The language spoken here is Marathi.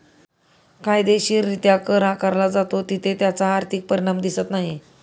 कायदेशीररित्या कर आकारला जातो तिथे त्याचा आर्थिक परिणाम दिसत नाही